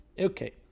Okay